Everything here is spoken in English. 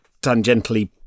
tangentially